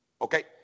Okay